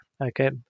okay